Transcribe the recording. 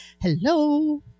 hello